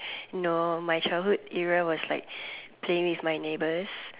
no my childhood era was like playing with my neighbors